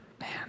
man